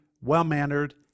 well-mannered